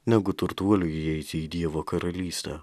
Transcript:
negu turtuoliui įeiti į dievo karalystę